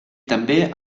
també